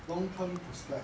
long term prospects